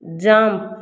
jump